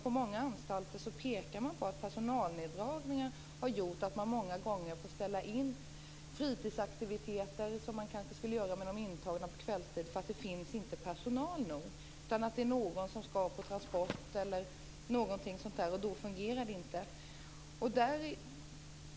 På många anstalter pekar man på att personalneddragningar har gjort att man många gånger fått ställa in fritidsaktiviteter som man kanske skulle göra med de intagna på kvällstid för att det inte finns personal nog. Det kan vara någon som skall på transport eller något liknande och då fungerar det inte.